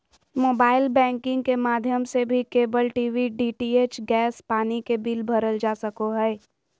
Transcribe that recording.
mobile banking के माध्यम से भी केबल टी.वी, डी.टी.एच, गैस, पानी के बिल भरल जा सको हय